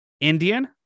Indian